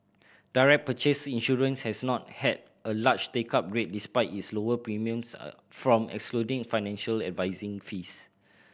direct purchase insurance has not had a large take up rate despite its lower premiums a from excluding financial advising fees